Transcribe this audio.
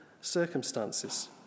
circumstances